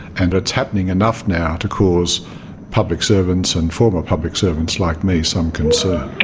and it's happening enough now to cause public servants and former public servants like me some concern.